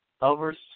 over